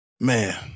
Man